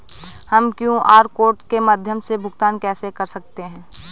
हम QR code के माध्यम से भुगतान कैसे कर सकते हैं?